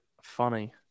funny